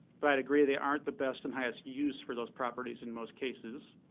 but i agree they aren't the best and highest use for those properties in most cases.